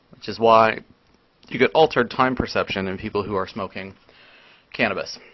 which is why you get altered time perception in people who are smoking cannabis.